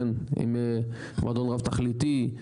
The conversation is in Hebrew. מועדון רב תכליתי,